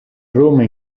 roma